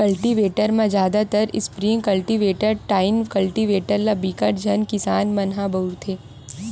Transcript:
cultivator म जादातर spring cultivator, tine cultivator ल बिकट झन किसान मन ह बउरथे